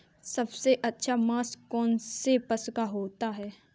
सबसे अच्छा मांस कौनसे पशु का होता है?